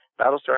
Battlestar